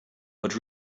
but